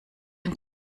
ein